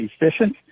efficient